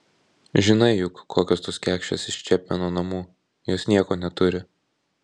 žinai juk kokios tos kekšės iš čepmeno namų jos nieko neturi